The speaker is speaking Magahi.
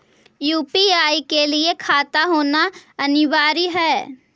यु.पी.आई के लिए खाता होना अनिवार्य है?